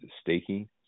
staking